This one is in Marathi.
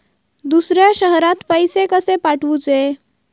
दुसऱ्या शहरात पैसे कसे पाठवूचे?